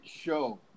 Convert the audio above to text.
show